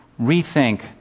rethink